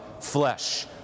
flesh